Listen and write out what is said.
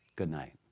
good night.